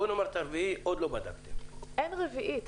נגיד את הרביעית עוד לא בדקתם --- אין רביעית.